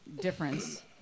difference